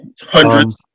Hundreds